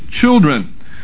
children